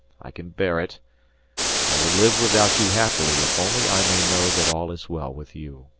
i can bear it i will live without you happily if only i may know that all is well with you.